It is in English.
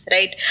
Right